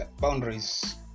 boundaries